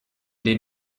den